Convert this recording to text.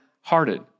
hearted